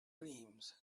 dreams